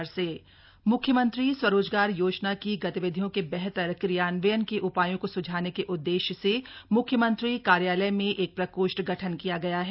प्रकोष्ठ का गठन म्ख्यमंत्री स्वरोजगार योजना की गतिविधियों के बेहतर क्रियान्वयन के उपायों को सुझाने के उद्देश्य से म्ख्यमंत्री कार्यालय में एक प्रकोष्ठ गठन किया गया है